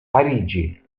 parigi